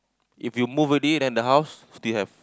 if you move already then the house still have